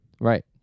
Right